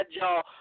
y'all